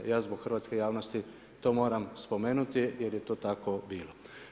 Ja zbog hrvatske javnosti to moram spomenuti jer je to tako bilo.